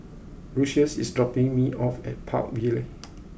Lucious is dropping me off at Park Vale